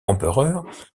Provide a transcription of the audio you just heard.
empereur